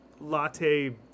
latte